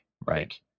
right